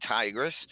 Tigress